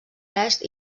est